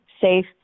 safe